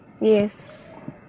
Yes